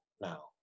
now